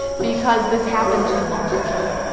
because this happened too long ago.